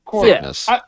thickness